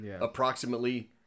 approximately